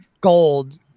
gold